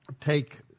take